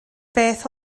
beth